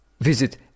Visit